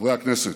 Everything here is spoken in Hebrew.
חברי הכנסת,